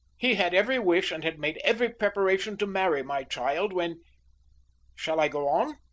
he had every wish and had made every preparation to marry my child, when shall i go on?